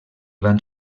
van